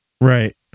Right